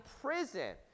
prison